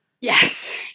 Yes